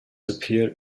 appeared